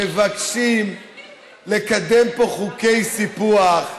מבקשים לקדם פה חוקי סיפוח,